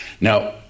Now